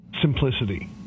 simplicity